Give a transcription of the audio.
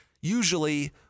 usually